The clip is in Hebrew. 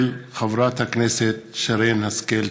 של חברת הכנסת שרן השכל.